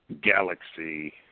galaxy